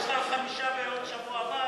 יש לך עוד חמישה בשבוע הבא,